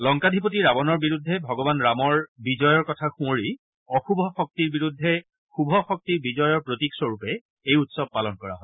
লংকাধিপতি ৰাৱণৰ বিৰুদ্ধে ভগৱান ৰামৰ বিজয়ৰ কথা সূঁৱৰি অশুভ শক্তিৰ বিৰুদ্ধে শুভ শক্তিৰ বিজয়ৰ প্ৰতীক স্বৰূপে এই উৎসৱ পালন কৰা হয়